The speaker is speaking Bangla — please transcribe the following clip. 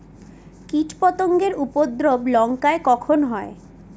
কীটপতেঙ্গর উপদ্রব লঙ্কায় কখন হয়?